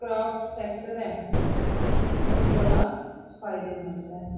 craft sector ऐ ओह् बड़ा फायदेमंद ऐ